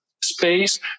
space